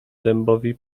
dębowi